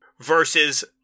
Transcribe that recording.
versus